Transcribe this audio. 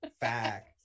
fact